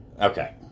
Okay